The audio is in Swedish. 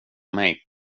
mig